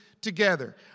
together